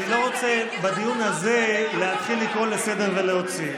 אני לא רוצה בדיון הזה להתחיל לקרוא לסדר ולהוציא,